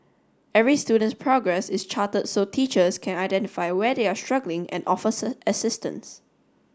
every student's progress is charted so teachers can identify where they are struggling and offers assistance